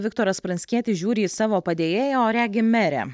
viktoras pranckietis žiūri į savo padėjėją o regi merę